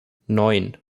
neun